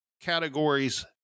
categories